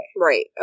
Right